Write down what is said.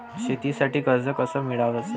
शेतीसाठी कर्ज कस मिळवाच?